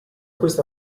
questa